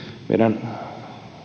meidän